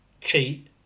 cheat